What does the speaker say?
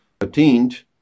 attained